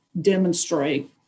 demonstrate